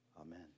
amen